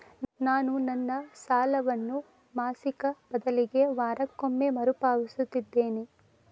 ನಾನು ನನ್ನ ಸಾಲವನ್ನು ಮಾಸಿಕ ಬದಲಿಗೆ ವಾರಕ್ಕೊಮ್ಮೆ ಮರುಪಾವತಿಸುತ್ತಿದ್ದೇನೆ